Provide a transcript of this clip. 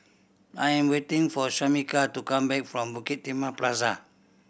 I'm waiting for Shamika to come back from Bukit Timah Plaza